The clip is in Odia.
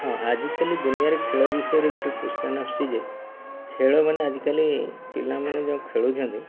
ହଁ ଆଜିକାଲି ଦୁନିଆରେ ଖେଳ ବିଷୟରେ ଗୋଟେ କ୍ୟୁଶ୍ଚନ୍ ଆସୁଛି ଯେ ଖେଳ ମାନେ ଆଜିକାଲି ପିଲାମାନେ ଯୋଉ ଖେଳୁଛନ୍ତି